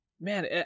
man